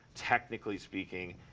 technically speaking,